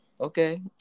Okay